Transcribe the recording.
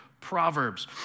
Proverbs